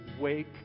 wake